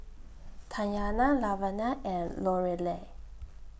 Tatyana Lavenia and Lorelei